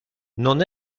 non